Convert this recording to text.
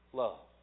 love